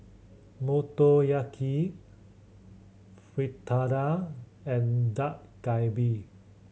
Motoyaki Fritada and Dak Galbi